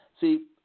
See